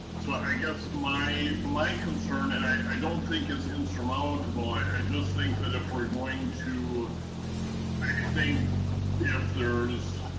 so, i guess my my concern, and i don't think it's insurmountable. i i just think that if we're going to i think if there's